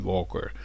Walker